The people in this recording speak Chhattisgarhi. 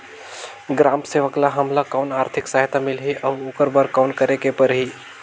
ग्राम सेवक ल हमला कौन आरथिक सहायता मिलही अउ ओकर बर कौन करे के परही?